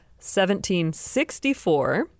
1764